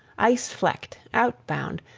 ice-flecked, outbound,